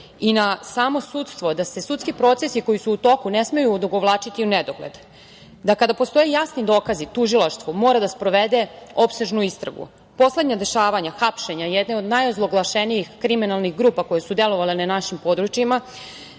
i na samo sudstvo da se sudski procesi koji su u toku ne smeju odugovlačiti u nedogled, da kada postoje jasni dokazi tužilaštvo mora da sprovede opsežnu istragu. Poslednja dešavanja, hapšenja jedne od najozloglašenijih kriminalnih grupa koje su delovale na našim područjima